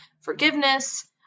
forgiveness